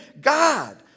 God